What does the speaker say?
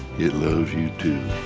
it loves you too.